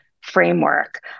framework